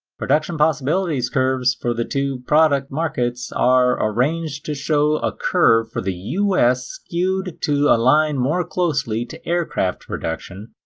production possibilities curves for the two product markets are arranged to show a curve for the us skewed to align more closely to aircraft production,